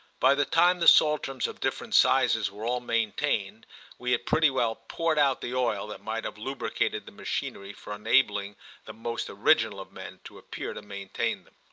by the time the saltrams, of different sizes, were all maintained we had pretty well poured out the oil that might have lubricated the machinery for enabling the most original of men to appear to maintain them.